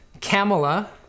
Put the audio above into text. Camilla